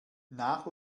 nach